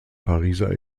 pariser